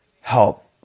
help